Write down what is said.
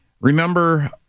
remember